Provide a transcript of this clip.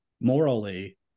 Morally